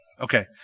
Okay